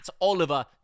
Oliver